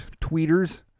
tweeters